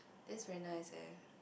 taste very nice eh